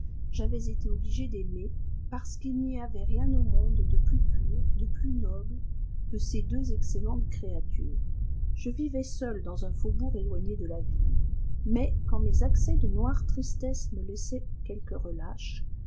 j'avais été obligé d'aimer parce qu'il n'y avait rien au monde de plus pur de plus noble que ces deux excellentes créatures je vivais seul dans un faubourg éloigné de la ville mais quand mes accès de noire tristesse me laissaient quelque relâche